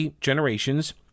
generations